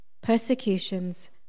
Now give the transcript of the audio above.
persecutions